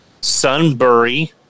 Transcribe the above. Sunbury